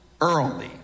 early